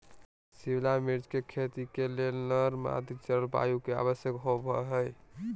शिमला मिर्च के खेती के लेल नर्म आद्र जलवायु के आवश्यकता होव हई